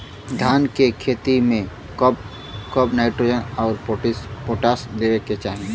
धान के खेती मे कब कब नाइट्रोजन अउर पोटाश देवे के चाही?